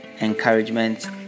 encouragement